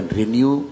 renew